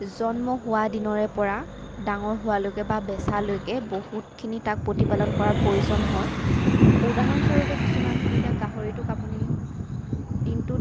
জন্ম হোৱা দিনৰে পৰা ডাঙৰ হোৱালৈকে বা বেচালৈকে বহুতখিনি তাক প্ৰতিপালন কৰাৰ তাক প্ৰয়োজন হয় উদাহৰণস্বৰূপে কিছুমান হ'ল এতিয়া গাহৰিটোক আপুনি দিনটোত